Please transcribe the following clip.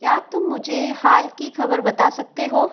क्या तुम मुझे हाल की खबर बता सकते हो